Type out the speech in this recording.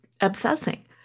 obsessing